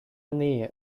nee